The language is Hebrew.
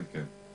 כן, כן.